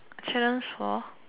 challenge for